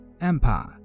Empire